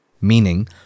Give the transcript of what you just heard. Meaning